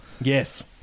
Yes